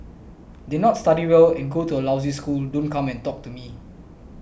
did not study well and go to a lousy school don't come and talk to me